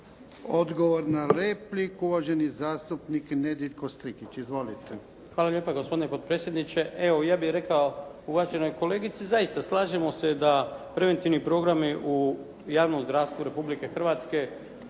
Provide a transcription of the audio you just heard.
Odgovor na repliku uvaženi zastupnik Nedjeljko Strikić. **Strikić, Nedjeljko (HDZ)** Hvala lijepa gospodine potpredsjedniče. Evo ja bih rekao uvaženoj kolegici. Zaista, slažemo se da preventivni programi u javnom zdravstvu Republike Hrvatske